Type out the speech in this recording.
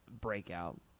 breakout